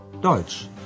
Deutsch